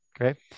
Okay